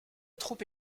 troupe